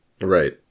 right